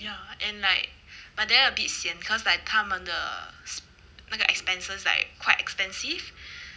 ya and like but then a bit sian because like 他们的那个 expenses like quite expensive